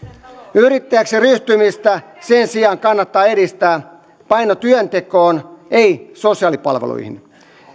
yrittäjäksi ryhtymistä sen sijaan kannattaa edistää paino työntekoon ei sosiaalipalveluihin